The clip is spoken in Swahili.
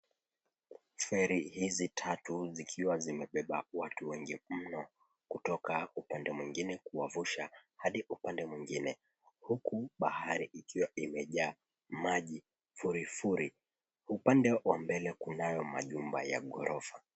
Feri hizi tatu zikiwa zimebeba watu wengi mno kutoka upande mwingine kuwavusha hadi kwa upande mwingine, huku bahari ikiwa imejaa maji furifuri. Upande wa mbele kunayo majumba ya ghorofa.